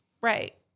Right